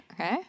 Okay